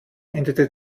endete